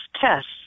tests